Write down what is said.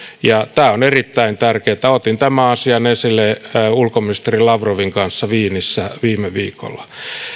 ja tämä on erittäin tärkeätä otin tämän asian esille ulkoministeri lavrovin kanssa wienissä viime viikolla